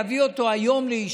להביא אותו היום לאישור.